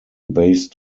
based